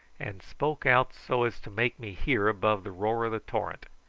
and spoke out so as to make me hear above the roar of the torrent.